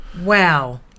Wow